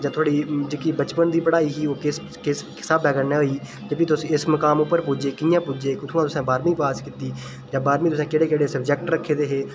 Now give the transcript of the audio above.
जां थुआढ़ी जेह्ड़ी बचपन दी पढ़ाई ही ओह् किस स्हाबै कन्नै होई जां की तुस कि'यां इस मुकाम पर पुज्जे जां बारहमीं तुसें केह्ड़े केह्ड़े सब्जैक्ट रक्खे दे हे